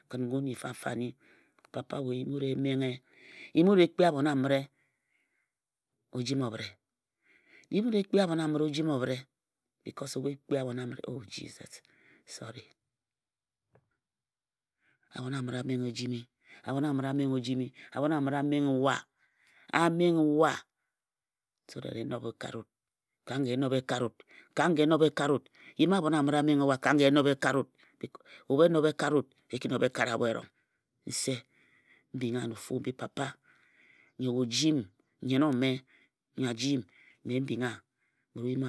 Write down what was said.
Kin ngun nyi fafa nyi nse yim wut e kpii abhon amire ojimi obhire, yim wut e kpii abhon amire ojimi obhire, yim wut e kpii abhjon amire ojimi obhire bicos ebhu ekpii abhon amire oh Jisos sori abhon amire a menghe wa so that e nob e kare wut. Ka nga e nob e kare wut, ka nga e nob e kare wut. Yim abhon amire a menghe wa, abhon amire a menghe wa kangba e nob e kare wut ka nga e nob e kare wut, ebhu e nob e kare wut, e ki nobe kare abho erong. Nse m bing wa na ofu mbi papa nyo we o ji m. Nnyen ome nyo a ji mme m bing wa yim abhon a menghe wa.